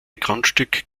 grundstück